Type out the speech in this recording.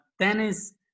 tennis